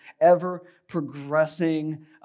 ever-progressing